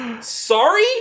Sorry